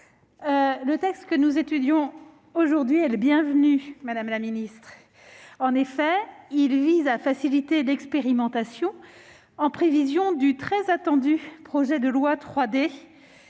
le texte que nous étudions aujourd'hui est le bienvenu. En effet, il vise à faciliter l'expérimentation, en prévision du très attendu projet de loi 3D.